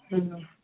ꯑꯪ